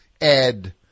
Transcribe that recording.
Ed